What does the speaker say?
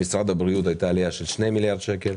במשרד הבריאות הייתה עלייה של 2 מיליארד שקלים.